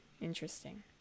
Interesting